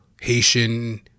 Haitian